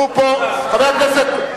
צריך להוציא גם אותו.